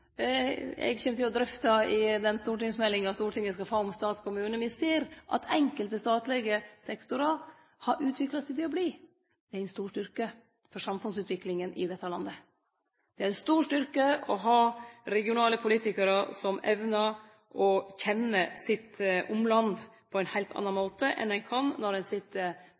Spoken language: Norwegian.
eg kjem til å drøfte i den stortingsmeldinga som Stortinget skal få om stat og kommune – som me ser at enkelte statlege sektorar har utvikla seg til å verte, er ein stor styrke for samfunnsutviklinga i dette landet. Det er ein stor styrke å ha regionale politikarar som evnar å kjenne sitt omland på ein heilt annan måte enn ein kan når ein sit